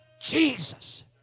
Jesus